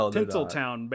Tinseltown